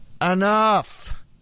Enough